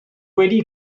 wedi